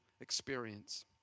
experience